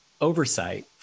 oversight